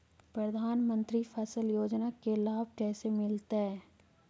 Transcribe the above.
प्रधानमंत्री फसल योजना के लाभ कैसे मिलतै?